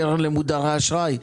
קרן למודרי אשראי,